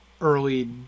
early